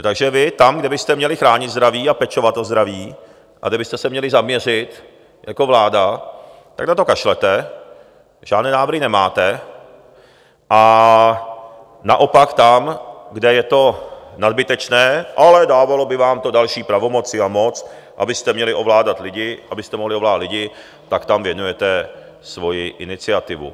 Takže vy tam, kde byste měli chránit zdraví a pečovat o zdraví a kde byste se měli zaměřit jako vláda, tak na to kašlete, žádné návrhy nemáte, a naopak tam, kde je to nadbytečné, ale dávalo by vám to další pravomoci a moc, abyste mohli ovládat lidi, tak tam věnujete svoji iniciativu.